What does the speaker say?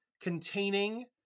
containing